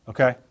Okay